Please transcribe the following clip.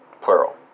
plural